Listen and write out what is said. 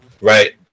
right